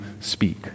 speak